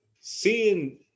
seeing –